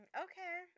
Okay